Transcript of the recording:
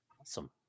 awesome